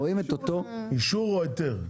רואים את אותו --- אישור או היתר?